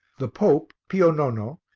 the pope, pio nono,